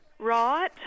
Right